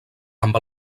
amb